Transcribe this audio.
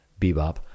Bebop